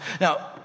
now